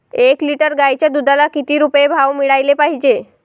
एक लिटर गाईच्या दुधाला किती रुपये भाव मिळायले पाहिजे?